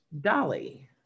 Dolly